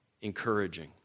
encouraging